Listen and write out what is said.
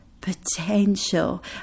potential